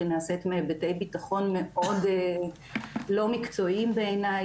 היא נעשית מהיבטי ביטחון מאוד לא מקצועיים בעיני,